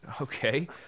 Okay